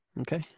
Okay